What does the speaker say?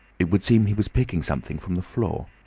it would seem he was picking something from the floor.